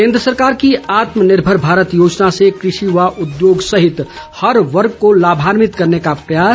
केंद्र सरकार की आत्म निर्भर भारत योजना से कृषि व उद्योग सहित हर वर्ग को लाभान्वित करने का प्रयास